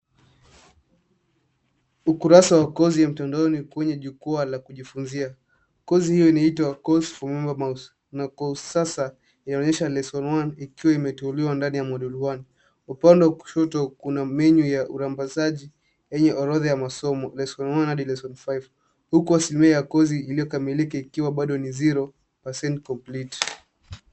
Ukurasa wa kozi ya mtandaoni ni kwenye jukwaa la kujifunzia. Kozi hiyo inaitwa Cause for MemberMouse . Na kwa usasa yaonyesha Lesson 1 ikiwa imetuliwa ndani ya Module 1 . Upande wa kushoto kuna menu ya urambazaji yenye orodha ya masomo Lesson 1 adi Lesson 5 . Huku asilimia ya kozi iliokamilika ikiwa bado ni 0% complete .